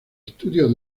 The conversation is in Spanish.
estudio